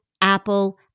Apple